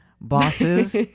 bosses